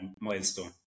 milestone